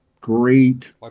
Great